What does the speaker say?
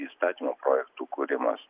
įstatymo projektų kūrimas